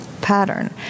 pattern